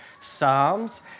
psalms